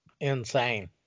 insane